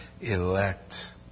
elect